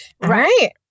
Right